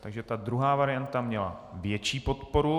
Takže ta druhá varianta měla větší podporu.